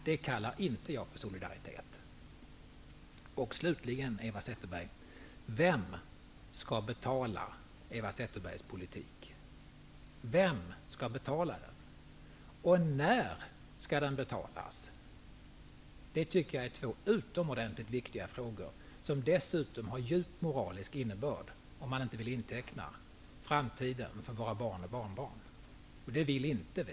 Det kallar inte jag för solidaritet. Vem skall betala Eva Zetterbergs politik? När skall den betalas? Detta är två utomordentligt viktiga frågor som dessutom har en djup moralisk innebörd om man inte vill inteckna framtiden för våra barn och våra barnbarn. Och det vill inte vi.